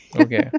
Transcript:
Okay